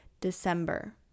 December